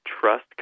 Trust